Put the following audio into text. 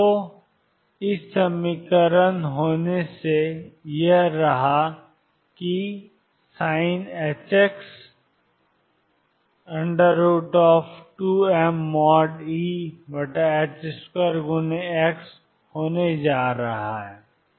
तो e e होने जा रहा है और यह sinh 2mE2x होने जा रहा है